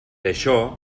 això